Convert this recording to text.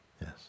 Yes